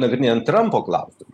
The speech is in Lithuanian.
nagrinėjant trampo klausimą